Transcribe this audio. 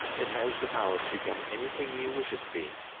it has the power to become anything you wish it to be,